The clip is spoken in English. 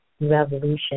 revolution